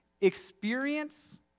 experience